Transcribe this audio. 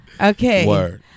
Okay